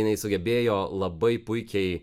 jinai sugebėjo labai puikiai